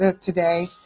today